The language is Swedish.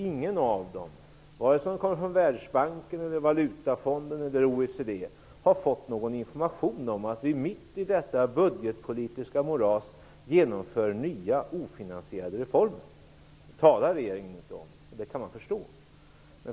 Ingen av dem, oavsett om de kommer från Världsbanken, från Valutafonden eller från OECD, har fått någon information om att vi mitt i nuvarande budgetpolitiska moras genomför nya, ofinansierade reformer. Det talar regeringen inte om, och det kan man förstå.